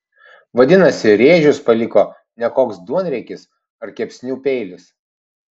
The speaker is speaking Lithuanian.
vadinasi rėžius paliko ne koks duonriekis ar kepsnių peilis